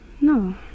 No